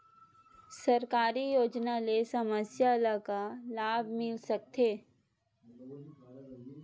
सरकारी योजना ले समस्या ल का का लाभ मिल सकते?